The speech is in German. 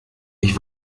ich